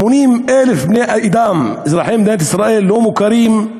80,000 בני-אדם אזרחי מדינת ישראל לא מוכרים,